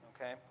okay